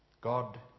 God